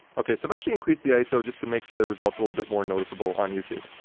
okay, so i've actually increased the iso just to make the results a little bit more noticeable on youtube.